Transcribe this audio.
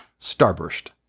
Starburst